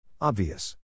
Obvious